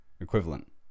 equivalent